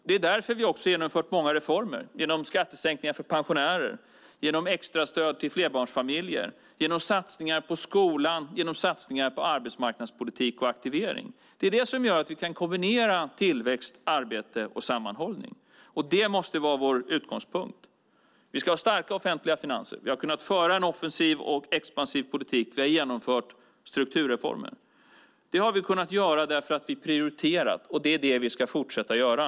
Det är därför vi också har genomfört många reformer; skattesänkningar för pensionärer, extrastöd till flerbarnsfamiljer, satsningar på skolan och satsningar på arbetsmarknadspolitik och aktivering. Det är det som gör att vi kan kombinera tillväxt, arbete och sammanhållning. Det måste vara vår utgångspunkt. Vi ska ha starka offentliga finanser. Vi har kunnat föra en offensiv och expansiv politik. Vi har genomfört strukturreformer. Det har vi kunnat göra därför att vi prioriterar, och det är det vi ska fortsätta att göra.